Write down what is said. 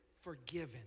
forgiven